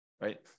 right